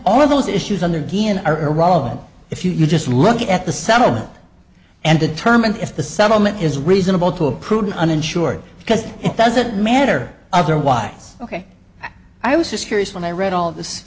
all of those issues under again are irrelevant if you just look at the settlement and determine if the settlement is reasonable to a prudent uninsured because it doesn't matter otherwise ok i was just curious when i read all of this